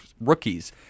rookies